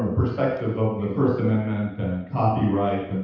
ah perspective of the first amendment and copyright